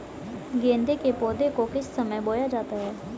गेंदे के पौधे को किस समय बोया जाता है?